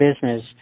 business